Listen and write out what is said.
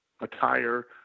attire